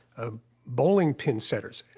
ah bowling-pin setters,